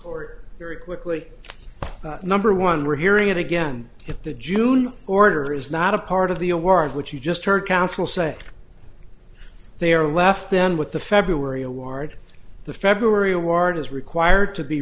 or very quickly number one we're hearing it again if the june order is not a part of the award which you just heard counsel say they are left then with the february award the february award is required to be